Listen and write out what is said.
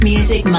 Music